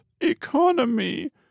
Economy